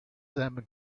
them